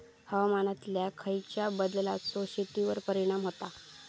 हवामानातल्या खयच्या बदलांचो शेतीवर परिणाम होता?